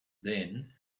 then